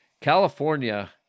California